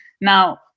Now